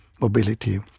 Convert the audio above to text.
mobility